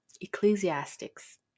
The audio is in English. ecclesiastics